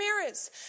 mirrors